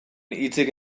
hitzik